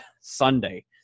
sunday